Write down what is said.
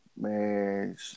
man